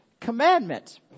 commandment